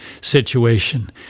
situation